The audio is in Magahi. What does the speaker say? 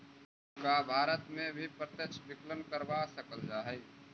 का भारत में भी प्रत्यक्ष विकलन करवा सकल जा हई?